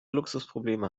luxusprobleme